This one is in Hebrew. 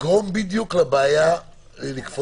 בנוסח